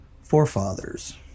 forefathers